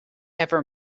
ever